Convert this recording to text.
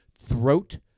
throat